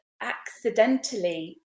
accidentally